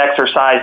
exercise